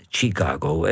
Chicago